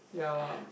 ya